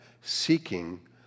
seeking